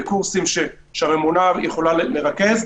בקורסים שהממונה יכולה לרכז,